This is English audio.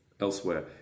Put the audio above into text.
elsewhere